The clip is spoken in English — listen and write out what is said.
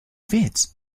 fit